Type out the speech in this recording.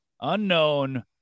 unknown